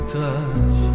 touch